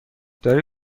داری